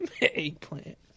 eggplant